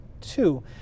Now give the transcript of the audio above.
two